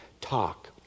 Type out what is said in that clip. talk